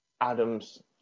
Adams